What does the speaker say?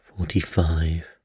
Forty-five